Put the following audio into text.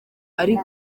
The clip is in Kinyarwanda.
ari